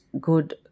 good